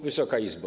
Wysoka Izbo!